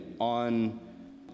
on